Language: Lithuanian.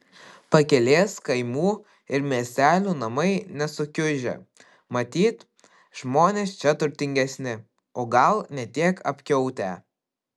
pakelės kaimų ir miestelių namai nesukiužę matyt žmonės čia turtingesni o gal ne tiek apkiautę